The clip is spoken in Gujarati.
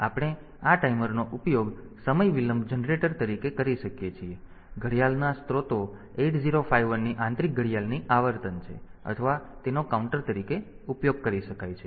તેથી આપણે આ ટાઈમરનો ઉપયોગ સમય વિલંબ જનરેટર તરીકે કરી શકીએ છીએ અને ઘડિયાળનો સ્ત્રોત 8051 ની આંતરિક ઘડિયાળની આવર્તન છે અથવા તેનો કાઉન્ટર તરીકે ઉપયોગ કરી શકાય છે